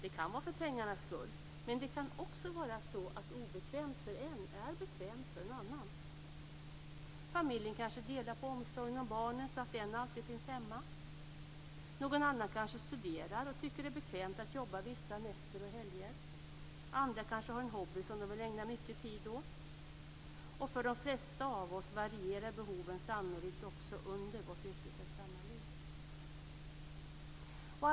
Det kan vara för pengarnas skull, men det kan också vara så att obekvämt för en är bekvämt för en annan. Familjen kanske delar på omsorgen om barnen så att en förälder alltid finns hemma. Någon annan kanske studerar och tycker att det är bekvämt att jobba vissa nätter och helger. Andra kanske har en hobby som de vill ägna mycket tid åt. För de flesta av oss varierar behoven sannolikt också under vårt yrkesverksamma liv.